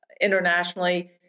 internationally